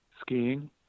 skiing